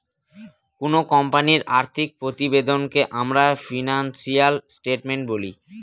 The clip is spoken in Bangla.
কোনো কোম্পানির আর্থিক প্রতিবেদনকে আমরা ফিনান্সিয়াল স্টেটমেন্ট বলি